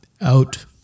out